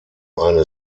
eine